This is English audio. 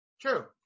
True